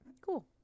Cool